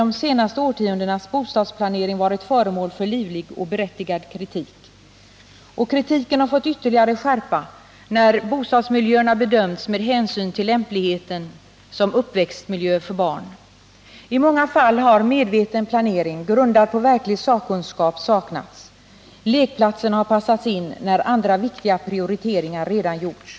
de senaste årtiondenas bostadsplanering varit föremål för livlig och berättigad kritik. Kritiken har fått ytterligare skärpa när bostadsmiljöerna bedömts med hänsyn till lämpligheten som uppväxtmiljöer för barn. I många fall har medveten planering, grundad på verklig sakkunskap, saknats. Lekplatserna har passats in när andra viktiga prioriteringar redan gjorts.